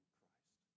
Christ